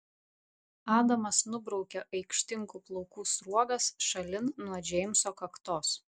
adamas nubraukia aikštingų plaukų sruogas šalin nuo džeimso kaktos